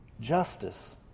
justice